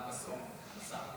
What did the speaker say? זמן את פה, גברתי השרה?